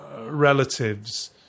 relatives